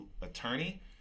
attorney